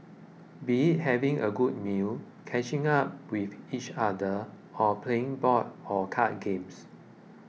be it having a good meal catching up with each other or playing board or card games